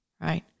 right